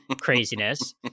craziness